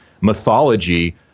mythology